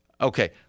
Okay